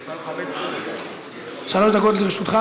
2015. שלוש דקות לרשותך.